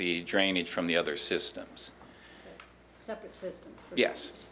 the drainage from the other systems